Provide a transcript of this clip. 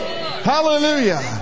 Hallelujah